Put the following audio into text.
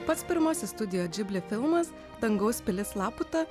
pats pirmasis studijo džibli filmas dangaus pilis laputa